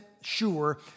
sure